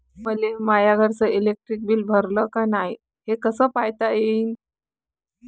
मले माया घरचं इलेक्ट्रिक बिल भरलं का नाय, हे कस पायता येईन?